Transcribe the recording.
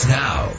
now